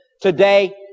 today